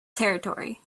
territory